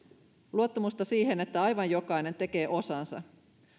luottamusta siihen että aivan jokainen tekee osansa